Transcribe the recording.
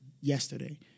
yesterday